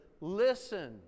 Listen